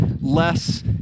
less